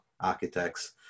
architects